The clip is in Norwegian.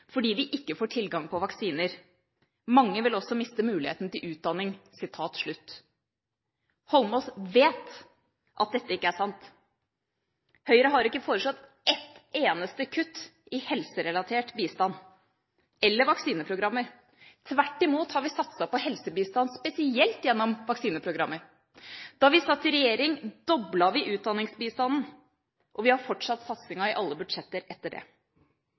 fordi de ikke vil få tilgang på vaksiner. Mange vil også miste muligheten til utdanning.» Eidsvoll Holmås vet at dette ikke er sant. Høyre har ikke foreslått ett eneste kutt i helserelatert bistand eller vaksineprogrammer. Tvert imot har vi satset på helsebistand spesielt gjennom vaksineprogrammer. Da vi satt i regjering, doblet vi utdanningsbistanden, og vi har fortsatt satsingen i alle budsjetter etter det.